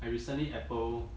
and recently apple